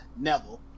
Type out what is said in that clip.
Neville